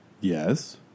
Yes